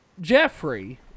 Jeffrey